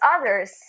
others